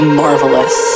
marvelous